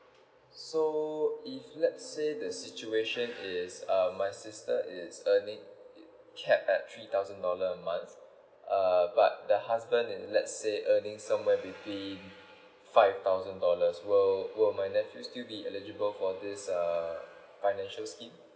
so if let's say the situation is um my sister is earning it cap at three thousand dollar a month uh but the husband it let's say earning somewhere between five thousand dollars will will my nephew still be eligible for this err financial scheme